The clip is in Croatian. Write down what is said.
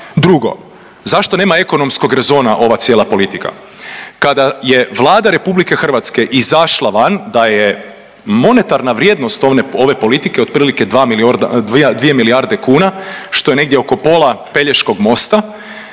Drugo, zašto nema ekonomskog rezona ova cijela politika? Kada je Vlada Republike Hrvatske izašla van da je monetarna vrijednost ove politike otprilike 2 milijarde kuna što je negdje oko pola Pelješkog mosta